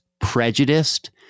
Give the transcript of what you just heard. prejudiced